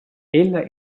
ella